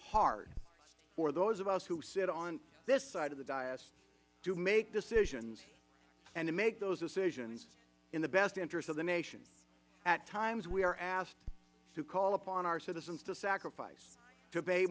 hard for those of us who sit on this side of the dais to make decisions and to make those decisions in the best interests of the nation at times we are asked to call upon our citizens to sacrifice to pay